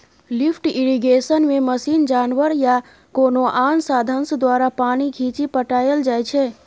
lift इरिगेशनमे machine, जानबर या कोनो आन साधंश द्वारा पानि घीचि पटाएल जाइ छै